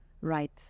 right